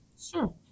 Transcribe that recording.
Sure